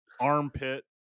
armpit